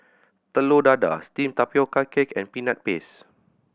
Telur Dadah steamed tapioca cake and Peanut Paste